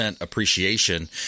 appreciation